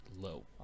low